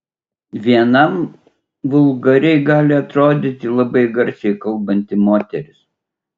vienam vulgariai gali atrodyti labai garsiai kalbanti moteris